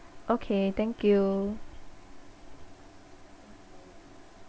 okay thank you